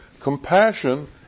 Compassion